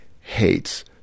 hates